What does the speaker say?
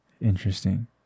Interesting